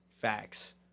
Facts